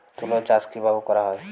তুলো চাষ কিভাবে করা হয়?